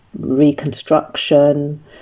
reconstruction